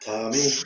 Tommy